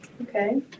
Okay